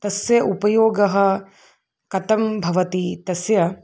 तस्य उपयोगः कथं भवति तस्य